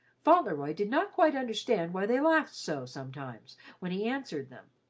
fauntleroy did not quite understand why they laughed so sometimes when he answered them,